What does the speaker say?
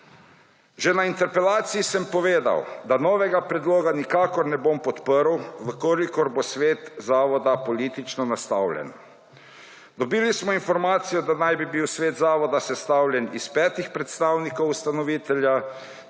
Že na interpelaciji sem povedal, da novega predloga nikakor ne bom podprl, v kolikor bo svet zavoda politično nastavljen. Dobili smo informacijo, da naj bi bil svet zavoda sestavljen iz 5 predstavnikov ustanovitelja,